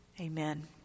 Amen